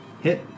Hit